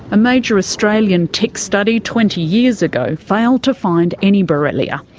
a major australian tick study twenty years ago failed to find any borrelia.